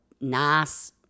nice